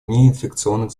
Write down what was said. неинфекционных